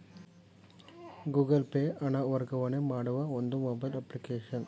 Google Pay ಹಣ ವರ್ಗಾವಣೆ ಮಾಡುವ ಒಂದು ಮೊಬೈಲ್ ಅಪ್ಲಿಕೇಶನ್